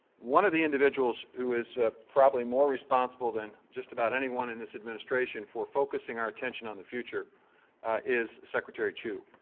one of the individuals who is probably more responsible than just about anyone in this administration for focusing our attention on the future is secretary chu.